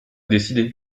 décidé